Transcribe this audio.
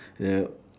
the